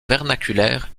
vernaculaire